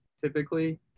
typically